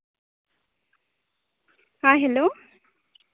ᱦᱮᱸ ᱦᱮᱞᱳ